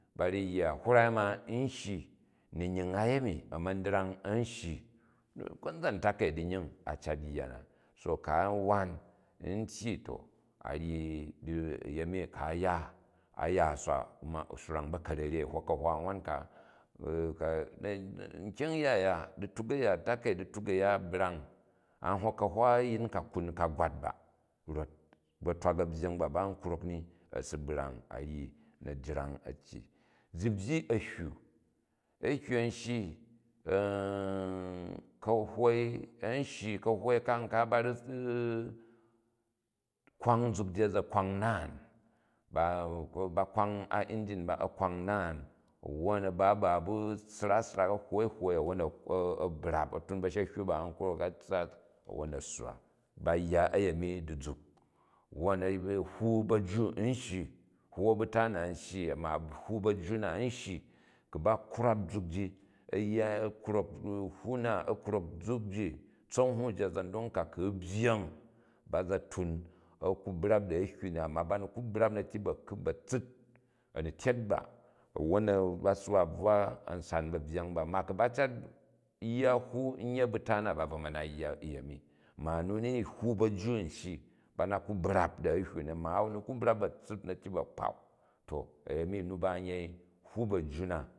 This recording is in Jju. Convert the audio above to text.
Baru yya hwray ma n shyi, naiying a, a yemi, a̱ma̱ndrang a̱n shyi konzan taka̱i diajing a̱ cat yya nap ko ku a wai ni tyyi to a ryi a̱yenri ku̱ a̱ ya, aya u swa kama u swrang ba̱ka̱rere, u hok ka̱hwa nwan ka nkyang-ya a̱ya, dituk a̱ya, ɲtakai dituk a̱ya brang a hok ka̱hwa a̱yin ka kai ka gwat ba vot batwak a̱byeng ba, ba n kvok ni a̱si brang a̱ ryi na̱ jrawj atyyi. Zi byyi a̱hyinu, a̱hywn an shyi, kahwoi a̱n shyi, kahwoi ka, nka ba̱ ru̱ kwan zukji, a̱za̱ kwang u̱ naan, ba ba kwang a injin ba, ba kwang u̱ naam, awwon a ba, a sran svaka hwoi hwoi a̱wwon a̱ brap, a̱tun ba̱sa̱-hyavu ba a̱n krok a̱ wwon a sswa. Ba yya ayemi di zuk wwon hwu ba̱ju n shji, hwu a̱butu na n shyi ma hwon bajju na n shyi, ku̱ ba kwrap zuk ji, a̱ throk hwa na, a̱ krok zuk ji, tsanghwa ji a̱za̱ndong ka, ku u̱ byyeng ba za̱ tun a kri brupdi a̱hywu ni amma bani ku brap na̱ tyyi ba̱ kup, ba̱ tsit, a̱ni tyet ba wwon ba si wa bvwa a̱nsan babyyang ba, ma ku ba cat yyg lnvu nnyi abuta na, ba bvo ma na yya nyemi ma anu nini hwu bajja n shyi, bana ku brap di a̱hyrin ni ma ani ku brap ba tsit, na̱ tyyi ba kpan, to a̱yemi nu ba n yer inval bajju na.